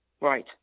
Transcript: Right